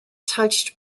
touched